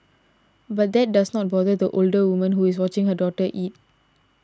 but that does not bother the older woman who is watching her daughter eat